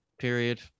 period